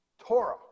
Torah